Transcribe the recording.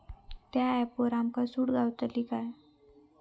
त्या ऍपवर आमका सूट गावतली काय?